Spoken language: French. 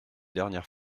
dernière